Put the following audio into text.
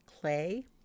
clay